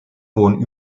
wohnen